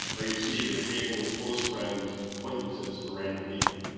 or you see at a table with close friends acquaintances or random people